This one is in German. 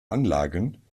anlagen